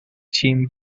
team